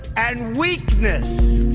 and weakness.